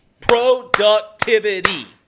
Productivity